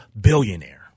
billionaire